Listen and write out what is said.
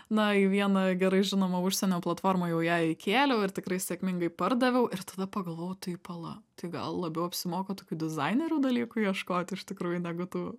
na į vieną gerai žinomą užsienio platformą jau ją įkėliau ir tikrai sėkmingai pardaviau ir tada pagalvojau tai pala tai gal labiau apsimoka tokių dizainerių dalykų ieškot iš tikrųjų negu tų